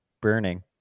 burning